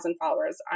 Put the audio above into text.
followers